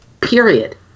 Period